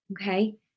Okay